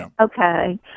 Okay